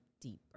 deeper